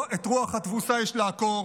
את רוח התבוסה יש לעקור.